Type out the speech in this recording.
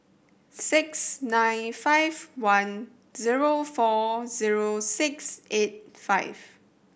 six nine five one zero four zero six eight five